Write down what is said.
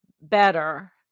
better